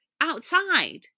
outside